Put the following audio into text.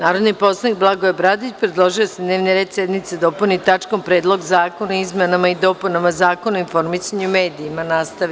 Narodni poslanik Blagoje Bradić predložio je da se dnevni red sednice dopuni tačkom PREDLOG ZAKONA O IZMENAMA I DOPUNAMA ZAKONA O INFORMISANjU I MEDIJIMA Nastavite.